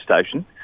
station